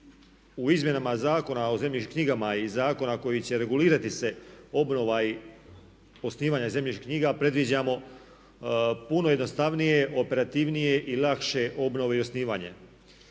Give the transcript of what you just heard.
u izmjenama Zakona o zemljišnim knjigama iz zakona koji će regulirati se obnova i osnivanja zemljišnih knjiga predviđamo puno jednostavnije, operativnije i lakše obnove i osnivanje.